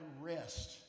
rest